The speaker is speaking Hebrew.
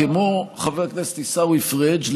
כמו חבר הכנסת עיסאווי פריג',